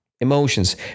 emotions